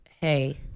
hey